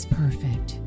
perfect